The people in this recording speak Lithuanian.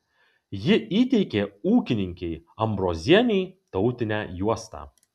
ji įteikė ūkininkei ambrozienei tautinę juostą